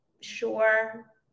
sure